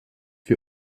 wir